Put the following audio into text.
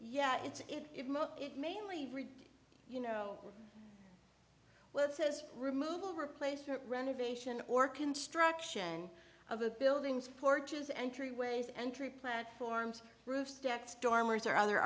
yeah it's it most it mainly you know well it says removal replacement renovation or construction of the buildings porches entryways entry platforms roof deck stormers or other